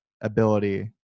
ability